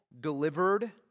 delivered